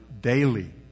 daily